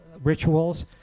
rituals